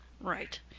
Right